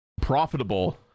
profitable